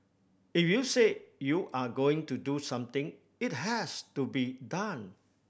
if you say you are going to do something it has to be done